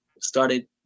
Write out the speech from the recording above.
started